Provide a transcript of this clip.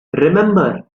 remember